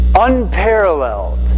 unparalleled